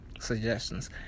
suggestions